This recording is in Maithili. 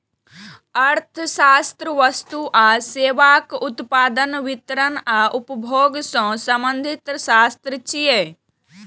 अर्थशास्त्र वस्तु आ सेवाक उत्पादन, वितरण आ उपभोग सं संबंधित शास्त्र छियै